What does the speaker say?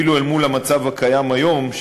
אפילו אל מול המצב הקיים היום,